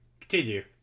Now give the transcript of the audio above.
Continue